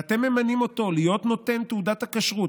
ואתם ממנים אותו להיות נותן תעודת הכשרות,